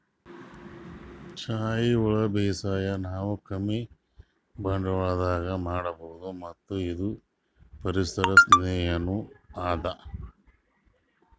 ಸಾವಯವ ಬೇಸಾಯ್ ನಾವ್ ಕಮ್ಮಿ ಬಂಡ್ವಾಳದಾಗ್ ಮಾಡಬಹುದ್ ಮತ್ತ್ ಇದು ಪರಿಸರ್ ಸ್ನೇಹಿನೂ ಅದಾ